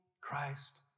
Christ